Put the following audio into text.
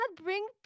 bring